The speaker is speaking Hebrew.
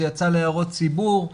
זה יצא להערות ציבור.